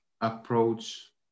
approach